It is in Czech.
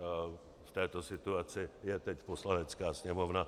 V této situaci je teď Poslanecká sněmovna.